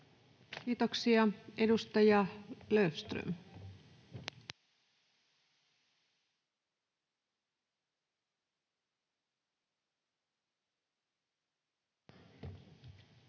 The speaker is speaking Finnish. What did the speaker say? Kiitoksia. — Edustaja Löfström. [Speech